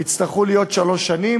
הממשלה התנגדה להצעת החוק למאבק בשחיתות,